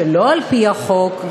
שלא על-פי החוק,